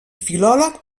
filòleg